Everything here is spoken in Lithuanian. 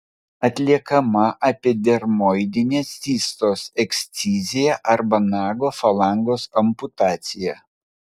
atliekama epidermoidinės cistos ekscizija arba nago falangos amputacija